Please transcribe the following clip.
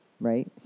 right